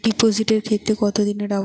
ডিপোজিটের ক্ষেত্রে কত দিনে ডবল?